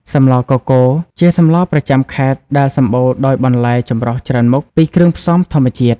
សម្លកកូរ ជាសម្លរប្រចាំខេត្តដែលសម្បូរដោយបន្លែចម្រុះច្រើនមុខ ពីគ្រឿងផ្សំធម្មជាតិ ។